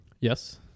yes